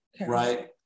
right